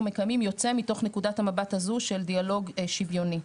מקיימים יוצא מתוך נקודת המבט הזו של דיאלוג שוויוני.